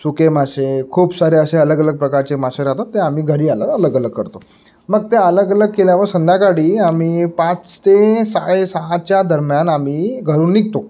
सुके मासे खूप सारे असे अलगअलग प्रकारचे मासे राहतात ते आम्ही घरी आल्या अलगअलग करतो मग ते अलगअलग केल्यावर संध्याकाळी आम्ही पाच ते साडे सहाच्या दरम्यान आम्ही घरून निघतो